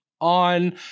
on